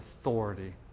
authority